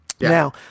Now